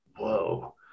Whoa